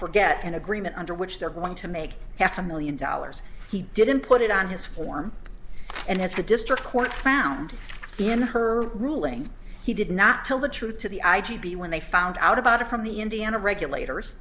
forget an agreement under which they're going to make half a million dollars he didn't put it on his form and has a district court found in her ruling he did not tell the truth to the i g b when they found out about it from the indiana regulators